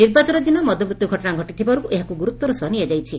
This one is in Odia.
ନିର୍ବାଚନ ଦିନ ମଦମୃତ୍ୟୁ ଘଟଣା ଘଟିଥିବାରୁ ଏହାକୁ ଗୁରୁତ୍ୱର ସହ ନିଆଯାଇଛି